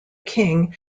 king